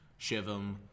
Shivam